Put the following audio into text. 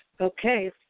Okay